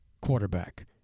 quarterback